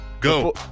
Go